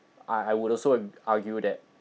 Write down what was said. I I would also argue that